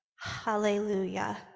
hallelujah